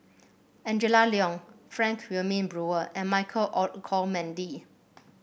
Angela Liong Frank Wilmin Brewer and Michael Olcomendy